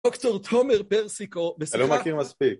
דוקטור תומר פרסיקו, בשיחה... אני לא מכיר מספיק.